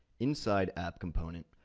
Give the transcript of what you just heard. inside app component,